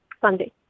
Sunday